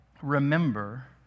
remember